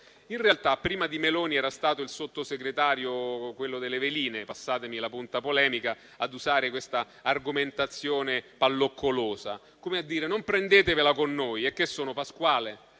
In realtà, prima di Meloni era stato un Sottosegretario, quello delle veline - passatemi la punta polemica -, ad usare questa argomentazione "palloccolosa", come a dire: non prendetevela con noi, e che sono, Pasquale?